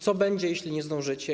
Co będzie, jeśli nie zdążycie?